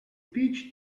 peach